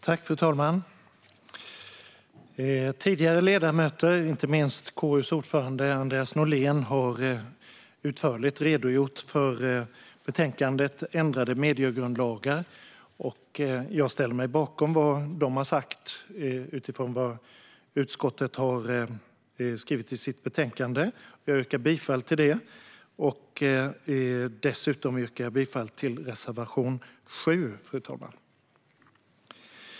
Fru talman! Tidigare ledamöter, inte minst KU:s ordförande Andreas Norlén, har utförligt redogjort för betänkandet Ändrade mediegrundlagar . Jag ställer mig bakom vad de har sagt utifrån vad utskottet har skrivit i sitt betänkande. Jag yrkar bifall till utskottets förslag och dessutom till reservation 7, fru talman.